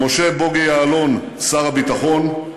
משה בוגי יעלון, שר הביטחון,